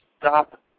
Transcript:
stop